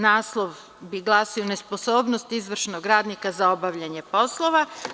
Naslov bi glasio: „Nesposobnost izvršnog radnika za obavljanje poslova“